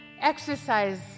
exercise